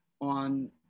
on